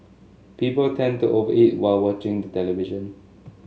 people tend to over eat while watching the television